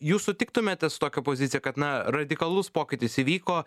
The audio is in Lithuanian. jūs sutiktumėte su tokia pozicija kad na radikalus pokytis įvyko